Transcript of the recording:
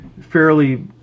fairly